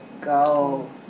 go